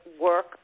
work